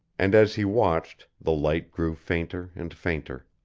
and as he watched the light grew fainter and fainter.